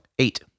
Eight